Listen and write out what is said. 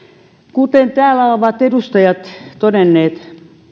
kuten täällä ovat edustajat todenneet